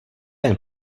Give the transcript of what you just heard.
jen